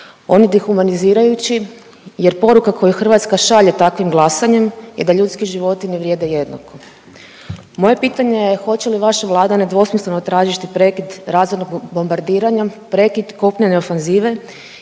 On je dehumanizirajući jer poruka koju Hrvatska šalje takvim glasanjem je da ljudski životi ne vrijede jednako. Moje pitanje je hoće li vaša Vlada nedvosmisleno tražiti prekid razornog bombardiranja, prekid kopnene ofenzive